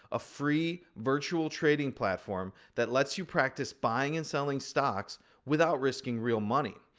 a free virtual trading platform that lets you practice buying and selling stocks without risking real money.